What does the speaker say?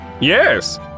Yes